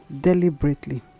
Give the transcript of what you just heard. deliberately